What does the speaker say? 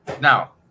now